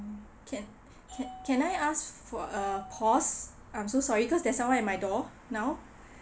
can can can I ask for a pause I'm so sorry cause there's someone at my door now